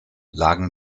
lagen